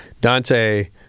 Dante